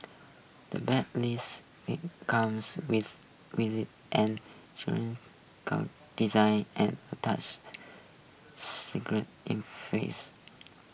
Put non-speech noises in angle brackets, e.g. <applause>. the brand's latest <unintelligible> comes with <unintelligible> design and a touch screen interface <noise>